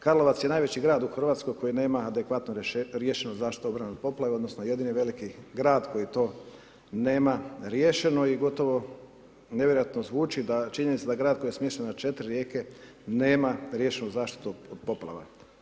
Karlovac je najveći grad u RH koji nema adekvatno riješeno zaštite obrane od poplave odnosno jedini veliki grad koji to nema riješeno i gotovo nevjerojatno zvuči da, činjenica da grad koji je smješten na 4 rijeke nema riješenu zaštitu od poplava.